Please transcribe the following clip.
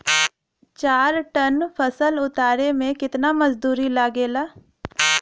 चार टन फसल उतारे में कितना मजदूरी लागेला?